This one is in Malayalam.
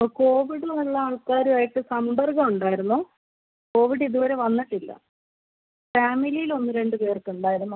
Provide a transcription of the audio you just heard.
ആ കോവിഡിനുള്ള ആൾക്കാരുമായിട്ട് സമ്പർക്കം ഉണ്ടായിരുന്നോ കോവിഡ് ഇതുവരെ വന്നിട്ടില്ല ഫാമിലിയിൽ ഒന്നുരണ്ട് പേർക്ക് ഉണ്ടായിരുന്നു